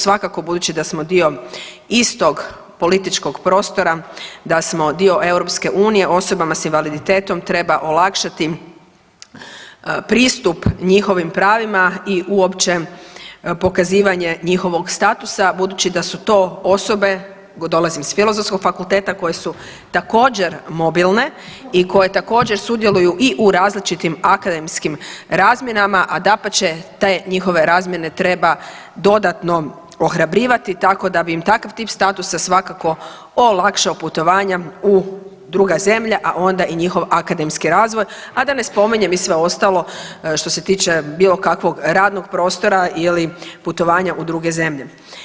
Svakako budući da smo dio istog političkog prostora, da smo dio EU osobama s invaliditetom treba olakšati pristup njihovim pravima i uopće pokazivanje njihovog statusa budući da su to osobe, dolazim iz Filozofskog fakulteta, koje su također mobilne i koje također sudjeluju i u različitim akademskim razmjenama, a dapače te njihove razmjene treba dodatno ohrabrivati tako da bi im takav tip statusa svakako olakšao putovanja u druge zemlje, a onda i njihov akademski razvoj, a da ne spominjem i sve ostalo što se tiče bilo kakvog radnog prostora ili putovanja u druge zemlje.